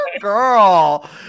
girl